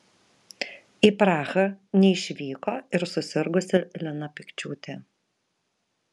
į prahą neišvyko ir susirgusi lina pikčiūtė